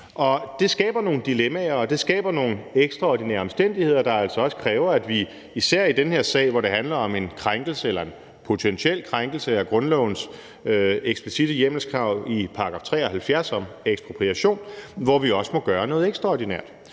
det skaber nogle ekstraordinære omstændigheder, der altså også kræver, at vi især i den her sag, hvor det handler om en krænkelse eller en potentiel krænkelse af grundlovens eksplicitte hjemmelskrav i § 73 om ekspropriation, også må gøre noget ekstraordinært.